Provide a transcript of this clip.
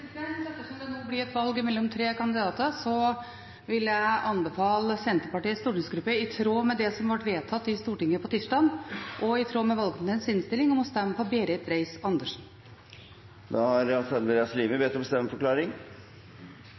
mellom tre kandidater, vil jeg anbefale Senterpartiets stortingsgruppe, i tråd med det som ble vedtatt i Stortinget på tirsdag, og i tråd med valgkomiteens innstilling, å stemme på Berit Reiss-Andersen. Hans Andreas Limi – til stemmeforklaring. Siden Stortinget nå har